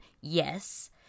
yes